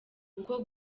uku